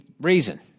reason